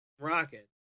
Rocket